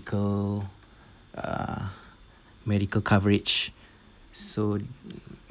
medical uh medical coverage so